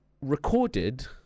recorded